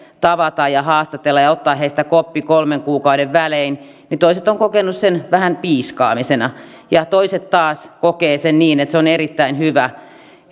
tavata ja haastatella ja ottaa heistä koppi kolmen kuukauden välein niin toiset ovat kokeneet sen vähän piiskaamisena ja toiset taas kokevat sen niin että se on erittäin hyvä